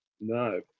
No